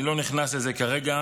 אני לא נכנס לזה כרגע,